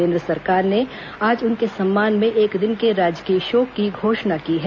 केंद्र सरकार ने आज उनके सम्मान में एक दिन के राजकीय शोक की घोषणा की है